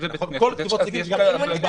אם זה בית כנסת, אז חלים עליו כללים של בית כנסת.